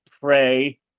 pray